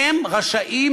הם רשאים,